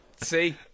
See